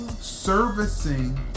servicing